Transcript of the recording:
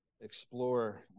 explore